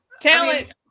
talent